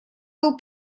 был